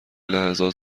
لحظات